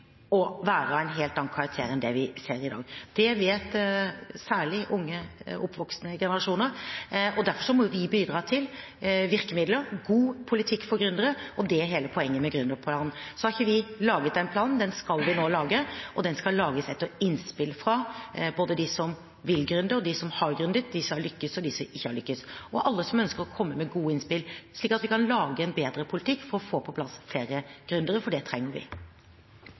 å være av en helt annen karakter enn det vi ser i dag. Det vet særlig unge oppvoksende generasjoner. Derfor må vi bidra til virkemidler og god politikk for gründere, og det er hele poenget med gründerplanen. Så har vi ikke laget en plan; den skal vi nå lage. Og den skal lages etter innspill fra både dem som vil gründe, og dem som har gründet, dem som har lyktes, og dem som ikke har lyktes, og alle som ønsker å komme med gode innspill – slik at vi kan lage en bedre politikk for å få på plass flere gründere, for det trenger vi.